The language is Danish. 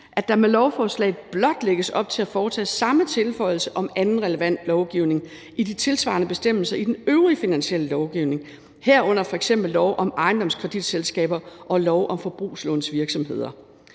at der med lovforslaget blot lægges op til at foretage samme tilføjelse om anden relevant lovgivning i de tilsvarende bestemmelser i den øvrige finansielle lovgivning, herunder f.eks. lov om ejendomskreditselskaber og lov om forbrugslånsvirksomheder.